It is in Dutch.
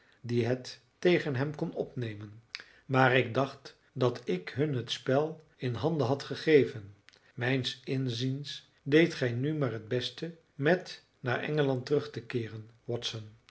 die het tegen hem kon opnemen maar ik dacht dat ik hun het spel in handen had gegeven mijns inziens deedt gij nu maar het beste met naar engeland terug te keeren